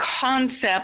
concept